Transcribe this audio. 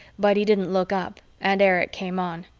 but he didn't look up and erich came on.